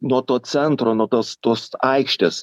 nuo to centro nuo tos tos aikštės